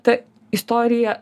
ta istorija